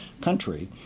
country